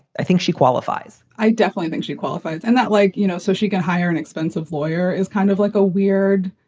i think she qualifies i definitely think she qualifies and that like, you know, so she got hire. an and expensive lawyer is kind of like a weird,